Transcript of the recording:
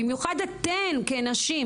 במיוחד אתן כנשים,